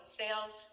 sales